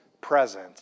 present